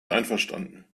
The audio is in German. einverstanden